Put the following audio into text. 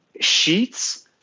sheets